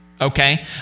Okay